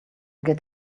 get